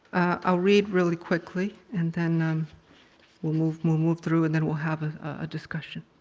ah read really quickly, and then um we'll move move through, and then we'll have a discussion.